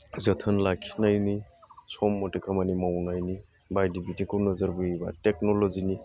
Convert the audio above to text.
जोथोन लाखिनायनि सम मथै खामानि मावनायनि बायदि बिथिंखौ नोजोरबोयोब्ला टेकन'ल'जिनि